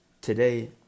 today